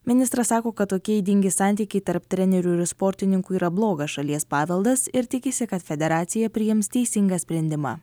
ministras sako kad tokie ydingi santykiai tarp trenerių ir sportininkų yra blogas šalies paveldas ir tikisi kad federacija priims teisingą sprendimą